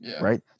right